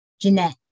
Jeanette